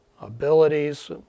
abilities